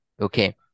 Okay